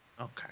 Okay